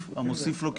אני